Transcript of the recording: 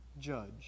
judge